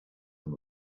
from